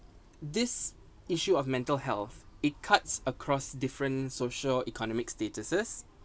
this issue of mental health it cuts across different social economic status